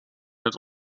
het